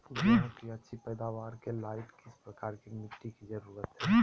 गेंहू की अच्छी पैदाबार के लाइट किस प्रकार की मिटटी की जरुरत है?